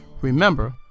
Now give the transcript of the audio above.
Remember